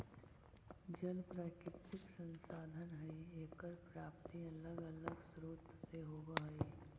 जल प्राकृतिक संसाधन हई एकर प्राप्ति अलग अलग स्रोत से होवऽ हई